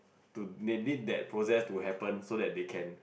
to they need that process to happen so that they can